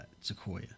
Sequoia